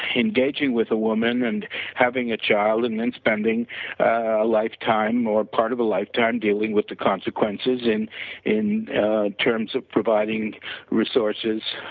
engaging with women and having a child and then spending ah lifetime or part of a lifetime dealing with the consequences in in terms of providing resources,